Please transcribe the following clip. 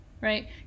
right